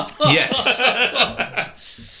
Yes